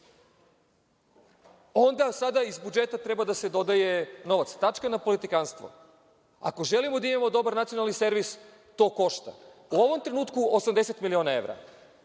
onda sada iz budžeta treba da se dodaje novac. Tačka na politikanstvo. Ako želimo da imamo dobar nacionalni servis, to košta. U ovom trenutku 80 miliona evra.